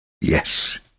Yes